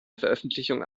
veröffentlichung